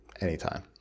anytime